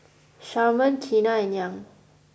Sharman Keanna and Young